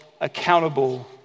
accountable